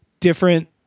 Different